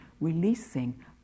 releasing